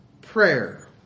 prayer